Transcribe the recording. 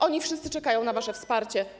Oni wszyscy czekają na wasze wsparcie.